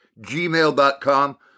gmail.com